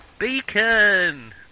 beacon